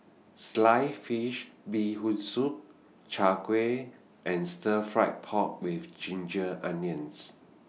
Sliced Fish Bee Hoon Soup Chai Kuih and Stir Fry Pork with Ginger Onions